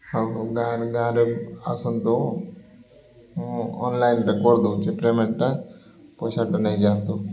ଆଉ ଗାଁରେ ଗାଁରେ ଆସନ୍ତୁ ମୁଁ ଅନ୍ଲାଇନ୍ରେ କରିଦେଉଛି ପେମେଣ୍ଟ୍ଟା ପଇସାଟା ନେଇଯାଆନ୍ତୁ